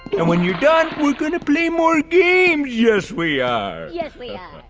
and when you're done, we're gonna play more games. yes we are. yes we are.